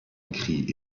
écrit